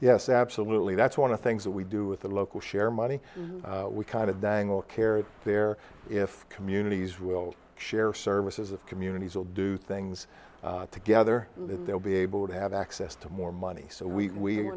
yes absolutely that's one of the things that we do with the local share money we kind of dangle care there if communities will share services of communities will do things together they'll be able to have access to more money so we